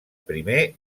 primer